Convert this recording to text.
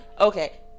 Okay